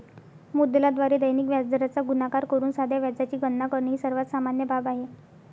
मुद्दलाद्वारे दैनिक व्याजदराचा गुणाकार करून साध्या व्याजाची गणना करणे ही सर्वात सामान्य बाब आहे